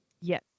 yes